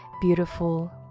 beautiful